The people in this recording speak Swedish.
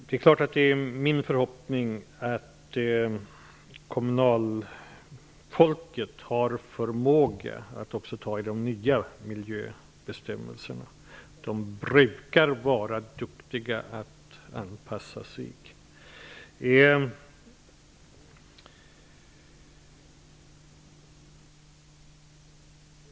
Det är min förhoppning att företrädarna för kommunerna har förmåga att även ta tag i de nya miljöbestämmelserna. De brukar vara duktiga att anpassa sig.